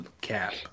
cap